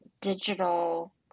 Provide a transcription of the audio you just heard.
digital